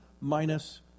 minus